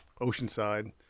Oceanside